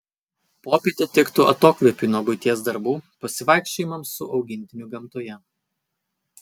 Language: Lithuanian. popietė tiktų atokvėpiui nuo buities darbų pasivaikščiojimams su augintiniu gamtoje